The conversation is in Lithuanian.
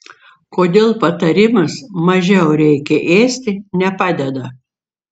kodėl patarimas mažiau reikia ėsti nepadeda